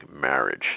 marriage